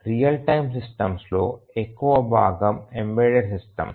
real time సిస్టమ్స్లో ఎక్కువ భాగం ఎంబెడెడ్ సిస్టమ్స్